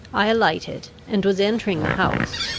i alighted, and was entering the house,